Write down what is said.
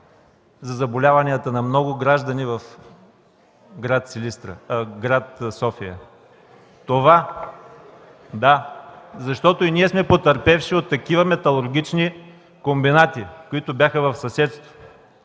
за заболяванията на много граждани в гр. София? (Шум и реплики в КБ.) Да, защото и ние сме потърпевши от такива металургични комбинати, които бяха в съседство.